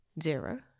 Zero